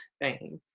thanks